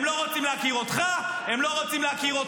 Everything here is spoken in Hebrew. הם לא רוצים להכיר אותך, הם לא רוצים להכיר אתכם,